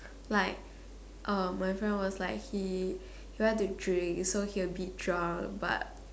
like uh my friend was like he he want to drink so he a bit drunk but